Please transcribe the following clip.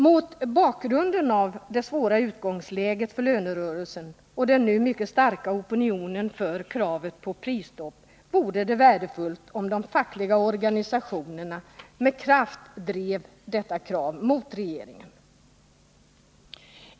Mot bakgrund av det svåra utgångsläget inför lönerörelsen och den nu mycket starka opinionen för krav på prisstopp vore det värdefullt om de fackliga organisationerna med kraft drev detta krav mot regeringen.